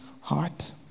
heart